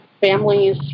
families